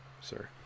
sir